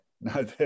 no